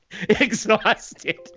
exhausted